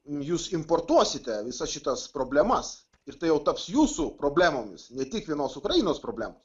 jūs importuosite visas šitas problemas ir tai jau taps jūsų problemomis ne tik vienos ukrainos problemos